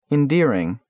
Endearing